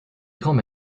grands